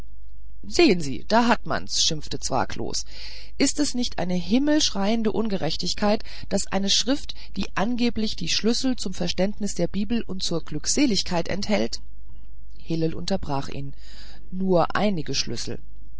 sehen sie da hat man's schimpfte zwakh los ist es nicht eine himmelschreiende ungerechtigkeit daß eine schrift die angeblich die schlüssel zum verständnis der bibel und zur glückseligkeit enthält hillel unterbrach ihn nur einige schlüssel